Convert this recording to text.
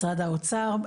משרד האוצר.